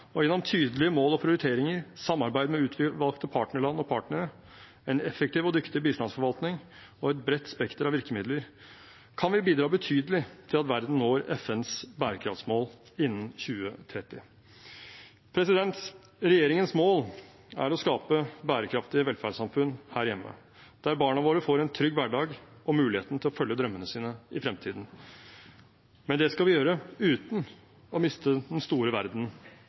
og gjennom tydelige mål og prioriteringer, samarbeid med utvalgte partnerland og partnere, en effektiv og dyktig bistandsforvaltning og et bredt spekter av virkemidler kan vi bidra betydelig til at verden når FNs bærekraftsmål innen 2030. Regjeringens mål er å skape bærekraftige velferdssamfunn her hjemme, der barna våre får en trygg hverdag og muligheten til å følge drømmene sine i fremtiden. Men det skal vi gjøre uten å miste den store verden